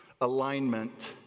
alignment